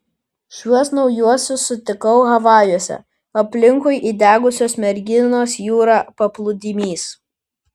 šiuos naujuosius sutikau havajuose aplinkui įdegusios merginos jūra paplūdimys